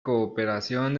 cooperación